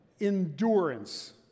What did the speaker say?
endurance